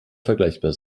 vergleichbar